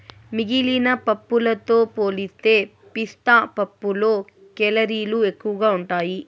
మిగిలిన పప్పులతో పోలిస్తే పిస్తా పప్పులో కేలరీలు ఎక్కువగా ఉంటాయి